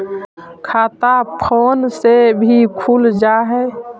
खाता फोन से भी खुल जाहै?